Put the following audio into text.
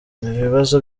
ibibazo